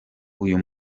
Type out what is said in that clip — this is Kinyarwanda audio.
uyu